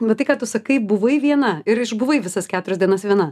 va tai ką tu sakai buvai viena ir išbuvai visas keturias dienas viena